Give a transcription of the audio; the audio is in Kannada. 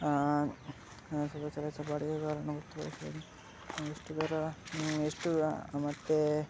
ಎಷ್ಟು ದರ ಎಷ್ಟು ಮತ್ತು